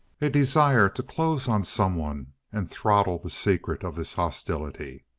a desire to close on someone and throttle the secret of this hostility.